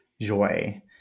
Joy